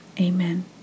Amen